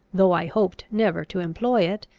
though i hoped never to employ it,